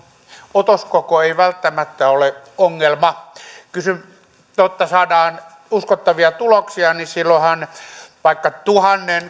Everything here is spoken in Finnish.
otoskoko ei välttämättä ole ongelma jotta saadaan uskottavia tuloksia niin silloinhan vaikka tuhannenkin